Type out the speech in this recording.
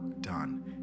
done